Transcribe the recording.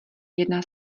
jedna